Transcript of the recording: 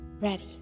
ready